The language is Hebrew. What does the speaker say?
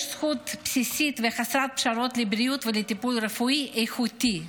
זכות בסיסית וחסרת פשרות לבריאות ולטיפול רפואי איכותי.